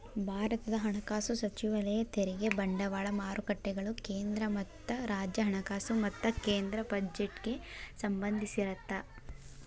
ಭಾರತದ ಹಣಕಾಸು ಸಚಿವಾಲಯ ತೆರಿಗೆ ಬಂಡವಾಳ ಮಾರುಕಟ್ಟೆಗಳು ಕೇಂದ್ರ ಮತ್ತ ರಾಜ್ಯ ಹಣಕಾಸು ಮತ್ತ ಕೇಂದ್ರ ಬಜೆಟ್ಗೆ ಸಂಬಂಧಿಸಿರತ್ತ